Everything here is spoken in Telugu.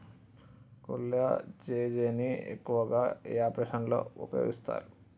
కొల్లాజెజేని ను ఎక్కువగా ఏ ఆపరేషన్లలో ఉపయోగిస్తారు?